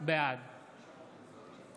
בעד